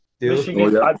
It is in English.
Michigan